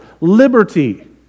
Liberty